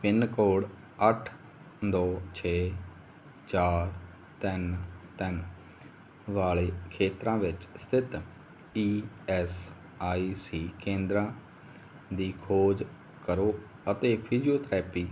pin code ਅੱਠ ਦੋ ਛੇ ਚਾਰ ਤਿੰਨ ਤਿੰਨ ਵਾਲੇ ਖੇਤਰਾਂ ਵਿੱਚ ਸਥਿਤ ਈ ਐੱਸ ਆਈ ਸੀ ਕੇਂਦਰਾਂ ਦੀ ਖੋਜ ਕਰੋ ਅਤੇ ਫਿਜ਼ੀਓਥਰੈਪੀ